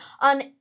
on